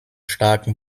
starken